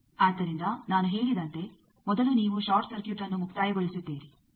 ಆದ್ದರಿಂದ ನಾನು ಹೇಳಿದಂತೆ ಮೊದಲು ನೀವು ಷಾರ್ಟ್ ಸರ್ಕ್ಯೂಟ್ಅನ್ನು ಮುಕ್ತಾಯಗೊಳಿಸಿದ್ದೀರಿ